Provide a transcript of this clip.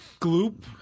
Gloop